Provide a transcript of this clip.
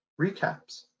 recaps